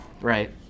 right